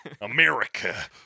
America